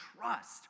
trust